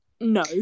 no